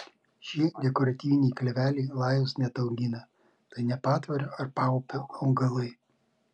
šie dekoratyviniai kleveliai lajos neataugina tai ne patvorio ar paupio augalai